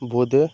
বোঁদে